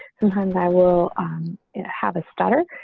sometimes i will have a stutter.